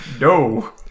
no